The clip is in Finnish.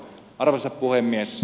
arvoisa puhemies